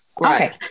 Okay